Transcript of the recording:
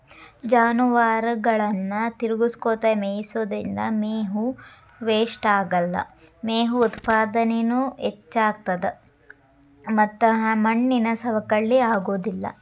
ಜಾನುವಾರುಗಳನ್ನ ತಿರಗಸ್ಕೊತ ಮೇಯಿಸೋದ್ರಿಂದ ಮೇವು ವೇಷ್ಟಾಗಲ್ಲ, ಮೇವು ಉತ್ಪಾದನೇನು ಹೆಚ್ಚಾಗ್ತತದ ಮತ್ತ ಮಣ್ಣಿನ ಸವಕಳಿ ಆಗೋದಿಲ್ಲ